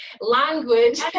language